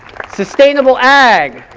sustainable ag.